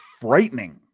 frightening